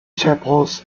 chapels